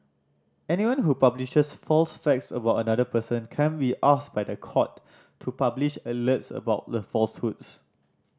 anyone who publishes false facts about another person can be asked by the court to publish alerts about the falsehoods